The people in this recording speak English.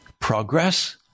progress